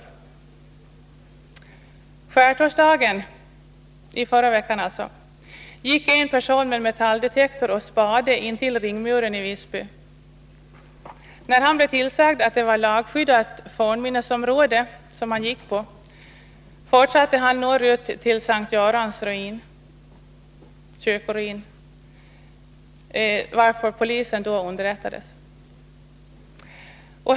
På skärtorsdagen, alltså i förra veckan, gick en person med metalldetektor och spade intill ringmuren i Visby. När han blev tillsagd att det var lagskyddat fornminnesområde fortsatte han norrut till S:t Görans kyrkoruin, varför polisen underrättades.